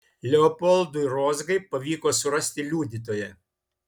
leopoldui rozgai pavyko surasti liudytoją